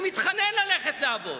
אני מתחנן ללכת לעבוד,